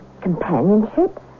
companionship